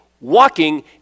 walking